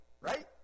right